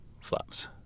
flaps